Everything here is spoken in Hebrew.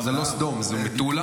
זו לא סדום, זו מטולה.